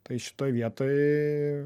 tai šitoj vietoj